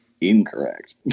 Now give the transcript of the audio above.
incorrect